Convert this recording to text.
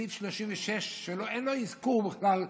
בסעיף 36, אין לו אזכור בכלל.